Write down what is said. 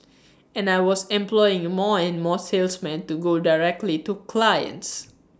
and I was employing more and more salesmen to go directly to clients